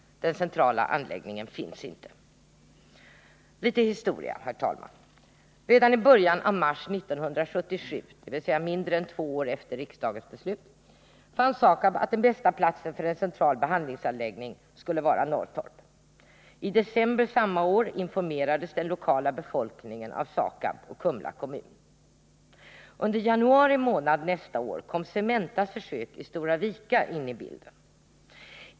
Den centrala anläggningen finns inte. Litet historia, herr talman. Redan i början av mars 1977 — dvs. mindre än två år efter riksdagens beslut — fann SAKAB att den bästa platsen för en central behandlingsanläggning skulle vara Norrtorp. I december samma år informerades den lokala befolkningen av SAKAB och Kumla kommun. Under januari månad nästa år kom Cementas försök i Stora Vika in i bilden.